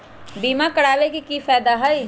बीमा करबाबे के कि कि फायदा हई?